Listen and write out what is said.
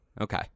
Okay